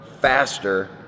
faster